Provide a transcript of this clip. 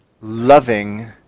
loving